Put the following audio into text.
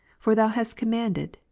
for thou hast commanded,